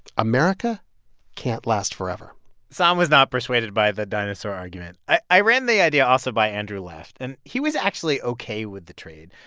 america can't last forever sahm was not persuaded by the dinosaur argument. i ran the idea also by andrew left, and he was actually ok with the trade.